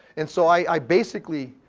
and so i basically,